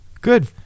Good